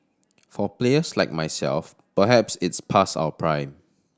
for players like myself perhaps it's pass our prime